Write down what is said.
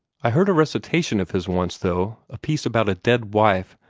i heard a recitation of his once, though a piece about a dead wife,